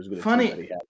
funny